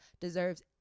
deserves